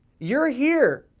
you're here,